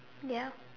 ya